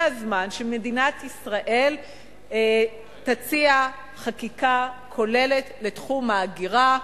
הזמן שמדינת ישראל תציע חקיקה כוללת לתחום ההגירה.